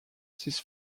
this